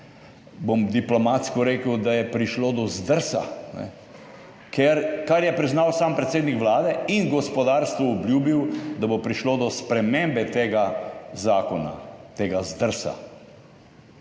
bom diplomatsko rekel, da je prišlo do zdrsa, kar je priznal sam predsednik Vlade in gospodarstvu obljubil, da bo prišlo do spremembe tega zakona, tega zdrsa.